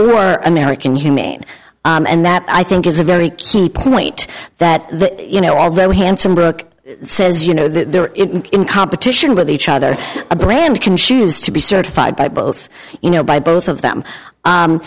or american humane and that i think is a very key point that you know are very handsome brooke says you know they're in competition with each other a brand can choose to be certified by both you know by both of them